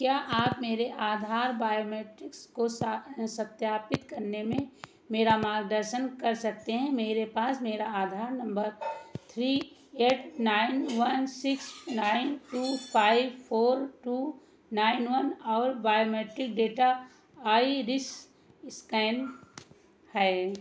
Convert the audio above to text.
क्या आप मेरे आधार बायोमेट्रिक्स को सा सत्यापित करने में मेरा मार्गदर्शन कर सकते हैं मेरे पास मेरा Aadhaar number three eight nine one six nine two five four two nine one और बायोमेट्रिक डेटा आइरिस एस्कैन है